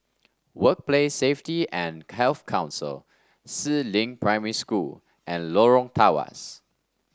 Workplace Safety and Health Council Si Ling Primary School and Lorong Tawas